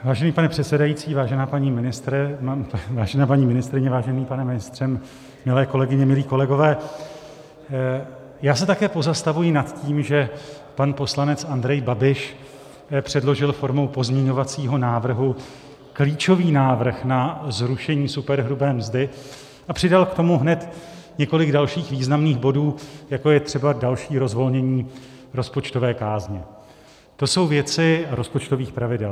Vážený pane předsedající, vážená paní ministryně, vážený pane ministře, milé kolegyně, milí kolegové, já se také pozastavuji nad tím, že pan poslanec Andrej Babiš předložil formou pozměňovacího návrhu klíčový návrh na zrušení superhrubé mzdy a přidal k tomu hned několik dalších významných bodů, jako je třeba další rozvolnění rozpočtové kázně a rozpočtových pravidel.